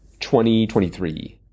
2023